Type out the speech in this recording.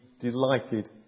delighted